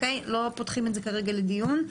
לא פותחים את זה כרגע לדיון.